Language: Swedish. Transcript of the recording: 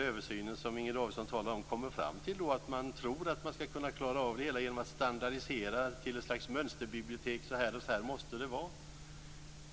översyn som Inger Davidson talar om kommer fram till att man tror att man ska kunna klara av det hela genom att standardisera till ett slags mönsterbibliotek och säga att så här måste det vara.